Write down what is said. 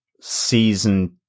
season